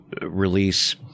release